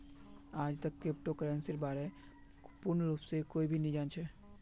आईजतक क्रिप्टो करन्सीर बा र पूर्ण रूप स कोई भी नी जान छ